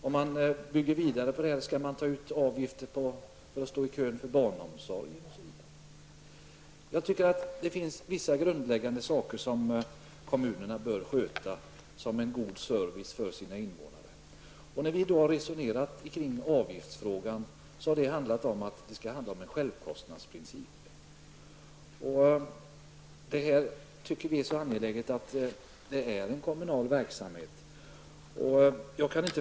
Om man bygger vidare på detta kan man fråga sig om man skall ta ut avgifter för att registrera sökande till barnomsorg osv. Det finns vissa grundläggande saker som kommunerna bör sköta, som en god service till sina invånare. När vi har resonerat om avgiftsfrågan har vi sagt att det skall handla om en självkostnadsprincip. Vi tycker att det är angeläget att detta är en kommunal verksamhet.